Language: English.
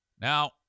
Now